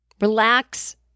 Relax